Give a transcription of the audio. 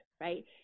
right